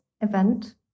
event